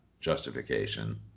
justification